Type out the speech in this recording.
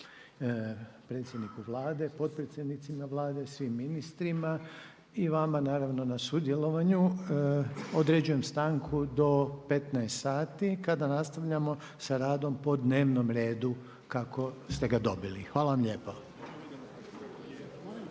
predsjedniku Vlade, potpredsjednicima Vlade, svim ministrima i vama naravno na sudjelovanju. Određujem stanku do 15 sati kada nastavljamo sa radom po dnevnom redu kako ste ga dobili. Hvala vam lijepo. STANKA